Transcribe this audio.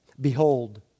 Behold